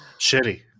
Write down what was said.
Shitty